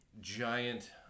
giant